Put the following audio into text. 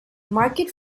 market